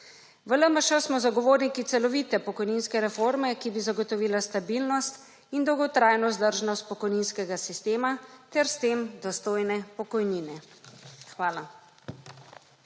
V LMŠ smo zagovorniki celovite pokojninske reforme, ki bi zagotovila stabilnost in dolgotrajno vzdržnost pokojninskega sistema, ter s tem dostojne pokojnine. Hvala.